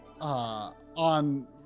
on